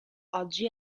oggi